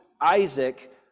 isaac